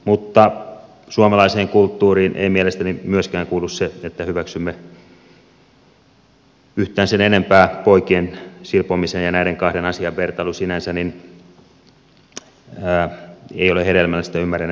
mutta suomalaiseen kulttuuriin ei mielestäni myöskään kuulu se että hyväksymme yhtään sen enempää poikien silpomisen ja näiden kahden asian vertailu sinänsä ei ole hedelmällistä